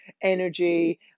energy